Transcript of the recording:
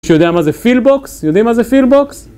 מישהוא שיודע מה זה פילבוקס, יודעים מה זה פילבוקס?